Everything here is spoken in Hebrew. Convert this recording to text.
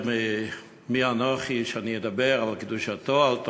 מי אנוכי שאני אדבר על קדושתו, על תורתו,